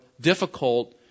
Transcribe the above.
difficult